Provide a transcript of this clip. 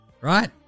right